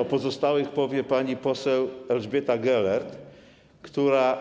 O pozostałych powie pani poseł Elżbieta Gelert, która